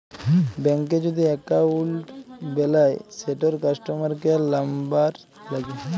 ব্যাংকে যদি এক্কাউল্ট বেলায় সেটর কাস্টমার কেয়ার লামবার ল্যাগে